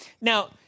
Now